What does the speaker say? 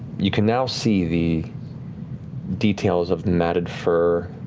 you can now see the details of matted fur,